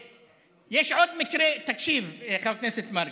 יש עוד מקרה, תקשיב, חבר הכנסת מרגי,